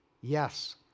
Yes